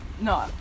No